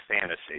fantasy